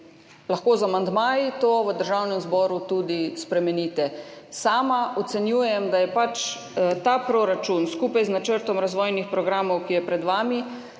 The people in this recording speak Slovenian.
lahko z amandmaji to v Državnem zboru tudi spremenite. Sama ocenjujem, da je pač ta proračun skupaj z Načrtom razvojnih programov, ki je pred vami,